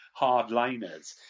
hardliners